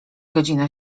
godzina